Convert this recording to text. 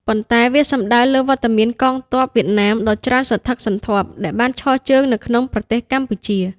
ប៉ុន្តែវាសំដៅលើវត្តមានកងទ័ពវៀតណាមដ៏ច្រើនសន្ធឹកសន្ធាប់ដែលបានឈរជើងនៅក្នុងប្រទេសកម្ពុជា។